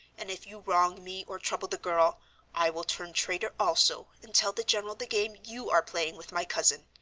and if you wrong me or trouble the girl i will turn traitor also, and tell the general the game you are playing with my cousin.